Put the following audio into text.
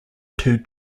two